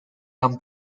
han